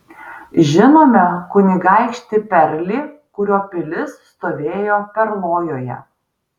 žinome kunigaikštį perlį kurio pilis stovėjo perlojoje